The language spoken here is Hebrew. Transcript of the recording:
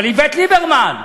אבל איווט ליברמן,